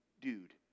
dude